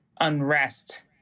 unrest